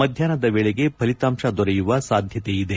ಮಧ್ಯಾಷ್ನದ ವೇಳೆಗೆ ಫಲಿತಾಂಶ ದೊರೆಯುವ ಸಾಧ್ಯತೆಯಿದೆ